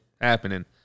happening